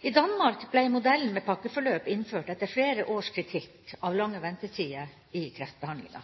I Danmark ble modellen med «pakkeforløp» innført etter flere års kritikk av lange ventetider i kreftbehandlinga.